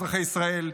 אזרחי ישראל,